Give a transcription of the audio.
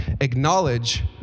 acknowledge